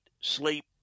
sleep